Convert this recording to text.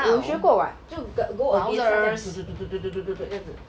我有学过 what 就 go go against 它这样 这样子